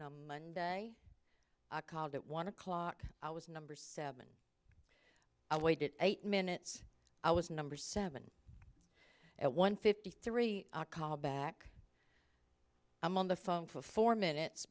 monday i called at one o'clock i was number seven i waited eight minutes i was number seven at one fifty three call back i'm on the phone for four minutes